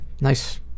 nice